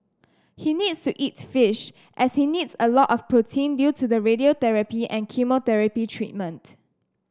he needs to eat fish as he needs a lot of protein due to the radiotherapy and chemotherapy treatment